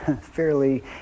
fairly